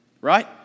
Right